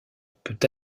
peut